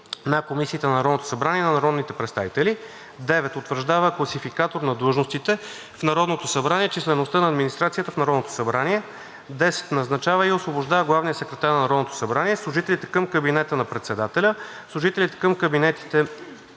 на комисиите на Народното събрание и на народните представители; 9. утвърждава класификатор на длъжностите в Народното събрание и числеността на администрацията в Народното събрание; 10. назначава и освобождава главния секретар на Народното събрание, служителите към кабинета на председателя, служителите към кабинетите